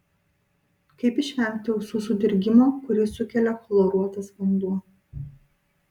kaip išvengti ausų sudirgimo kurį sukelia chloruotas vanduo